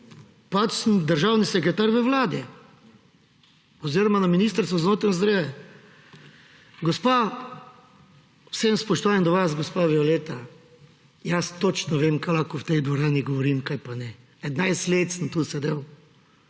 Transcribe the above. Pač sem državni sekretar v vladi oziroma na Ministrstvu za notranje zadeve. Z vsem spoštovanjem do vas, gospa Violeta, jaz točno vem, kaj lahko v tej dvorani govorim, kaj pa ne. 15 let sem tu sedel.